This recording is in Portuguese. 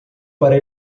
para